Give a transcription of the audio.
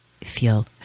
feel